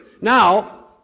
Now